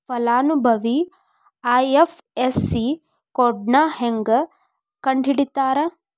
ಫಲಾನುಭವಿ ಐ.ಎಫ್.ಎಸ್.ಸಿ ಕೋಡ್ನಾ ಹೆಂಗ ಕಂಡಹಿಡಿತಾರಾ